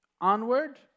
onward